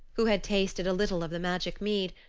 who had tasted a little of the magic mead,